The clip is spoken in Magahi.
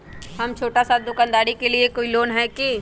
हम छोटा सा दुकानदारी के लिए कोई लोन है कि?